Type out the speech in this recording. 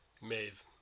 Maeve